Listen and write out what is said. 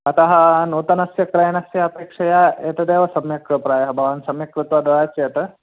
अतः नूतनस्य क्रयणस्य अपेक्षया एतदेव सम्यक् प्रायः भवान् सम्यक् कृत्वा ददाति चेत्